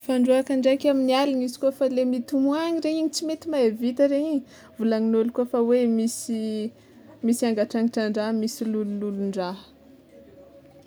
Fandroàka ndraiky amin'ny aligna izy kôfa le mitomoagny regny igny tsy mety mihavita regny igny volagnin'olo koa fa hoe fa misy angantrangatran-draha misy lolololon-draha.